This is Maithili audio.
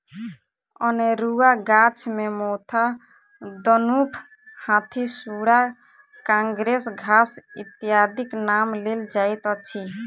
अनेरूआ गाछ मे मोथा, दनुफ, हाथीसुढ़ा, काँग्रेस घास इत्यादिक नाम लेल जाइत अछि